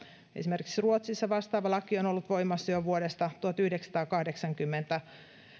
esimerkiksi ruotsissa vastaava laki on ollut voimassa jo vuodesta tuhatyhdeksänsataakahdeksankymmentäkaksi